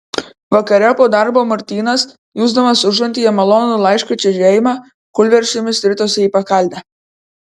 vakare po darbo martynas jusdamas užantyje malonų laiško čežėjimą kūlversčiom ritosi į pakalnę